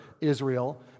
Israel